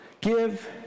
give